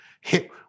hit